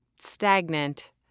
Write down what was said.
stagnant